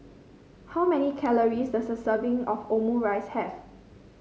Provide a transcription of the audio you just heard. how many calories does a serving of Omurice have